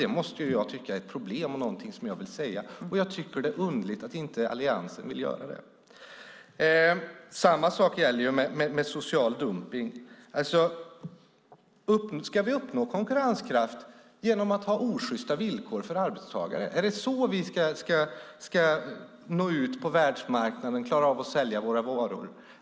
Det tycker jag är ett problem och något som jag vill nämna. Det är underligt att inte Alliansen vill göra det. Samma sak gäller social dumpning. Ska vi uppnå konkurrenskraft genom att ha osjysta villkor för arbetstagare? Är det så vi ska nå ut på världsmarknaden och klara av att sälja våra varor?